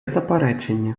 заперечення